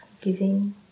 giving